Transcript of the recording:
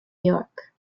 york